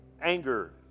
anger